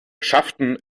schafften